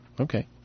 Okay